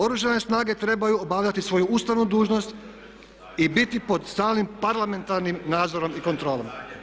Oružane snage trebaju obavljati svoju ustavnu dužnost i biti pod stalnim parlamentarnim nadzorom i kontrolom.